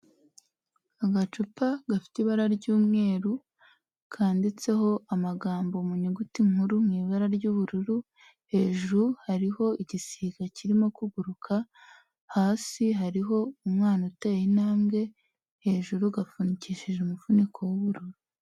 Agacupa gafite ibara ry'umweru kanditseho amagambo mu nyuguti nkuru mu ibara ry'ubururu, hejuru hariho igisiga kirimo kuguruka hasi hariho umwana uteye intambwe, hejuru gapfundikishije umufuniko w'ubururu.